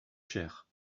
chères